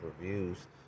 reviews